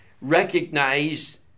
Recognize